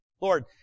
Lord